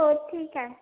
हो ठीक आहे